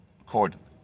accordingly